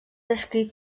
descrit